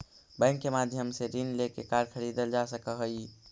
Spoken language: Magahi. बैंक के माध्यम से ऋण लेके कार खरीदल जा सकऽ हइ